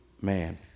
man